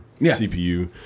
CPU